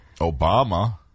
obama